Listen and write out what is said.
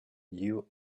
you